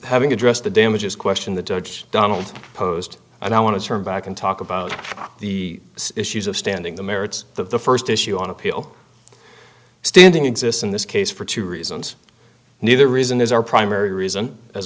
having addressed the damages question the judge donald posed and i want to turn back and talk about the issues of standing the merits of the first issue on appeal standing exists in this case for two reasons neither reason is our primary reason as